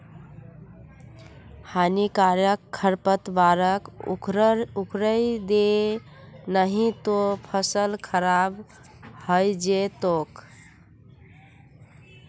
हानिकारक खरपतवारक उखड़इ दे नही त फसल खराब हइ जै तोक